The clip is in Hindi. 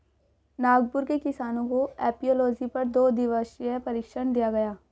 नागपुर के किसानों को एपियोलॉजी पर दो दिवसीय प्रशिक्षण दिया गया